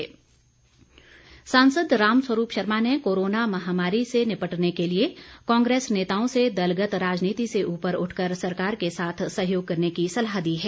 रामस्वरूप सांसद रामस्वरूप शर्मा ने कोरोना महामारी से निपटने के लिए कांग्रेस नेताओं से दलगत राजनीति से उपर उठकर सरकार के साथ सहयोग करने की सलाह दी है